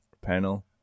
Panel